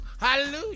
hallelujah